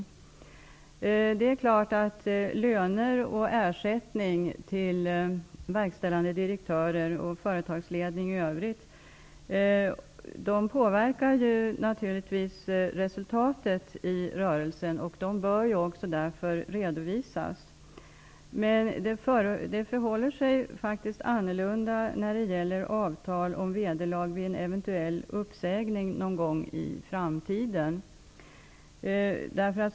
Självfallet påverkar löner och annan ersättning till verkställande direktörer och till företagsledning i övrigt resultatet i rörelsen och bör därför också redovisas. Det förhåller sig faktiskt annorlunda när det gäller avtal om vederlag vid en eventuell uppsägning någon gång i framtiden.